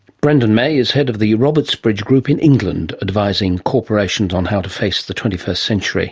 brendan may is head of the robertsbridge group in england, advising corporations on how to face the twenty-first century